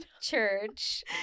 church